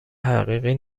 حقیقی